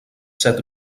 set